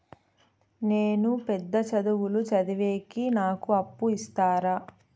నేను పెద్ద చదువులు చదివేకి నాకు అప్పు ఇస్తారా